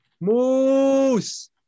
moose